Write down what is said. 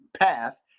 path